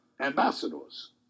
ambassadors